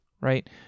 right